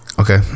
okay